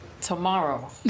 Tomorrow